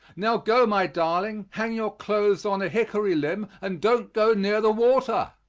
now, go, my darling hang your clothes on a hickory limb, and don't go near the water.